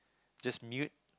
just mute